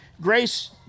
grace